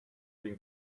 been